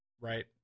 right